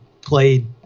played